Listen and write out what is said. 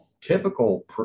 typical